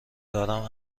دارم